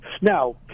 Now